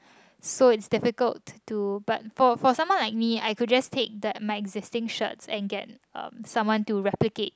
so it's difficult to but for for someone like me I could just take the my existing shirts and get um someone to replicate